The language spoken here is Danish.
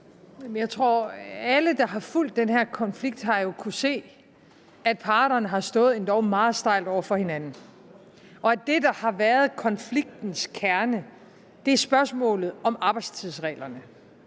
Alle, der har fulgt den her konflikt, har jo kunnet se, at parterne har stået endog meget stejlt over for hinanden, og at det, der har været konfliktens kerne, er spørgsmålet om arbejdstidsreglerne.